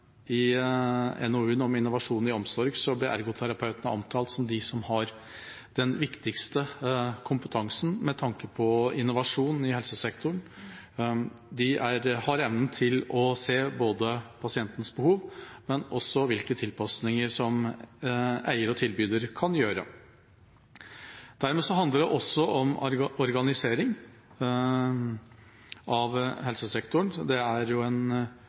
I NOU-en «Innovasjon i omsorg» ble ergoterapeutene omtalt som de som har den viktigste kompetansen med tanke på innovasjon i helsesektoren. De har evnen til å se pasientens behov, men også hvilke tilpasninger som eier og tilbyder kan gjøre. Dermed handler det også om organisering av helsesektoren. Det er en